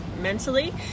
mentally